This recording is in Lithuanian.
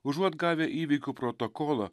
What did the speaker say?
užuot gavę įvykių protokolą